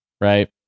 right